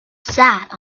sat